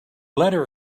letter